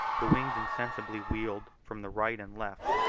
the wings insensibly wheeled from the right and left,